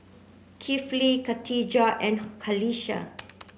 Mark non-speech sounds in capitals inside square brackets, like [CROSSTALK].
Kifli Katijah and [NOISE] Qalisha